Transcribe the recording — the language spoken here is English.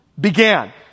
began